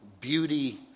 beauty